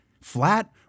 flat